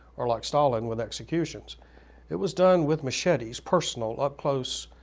or like stalin with executions it was done with machetes personal, up close,